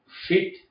fit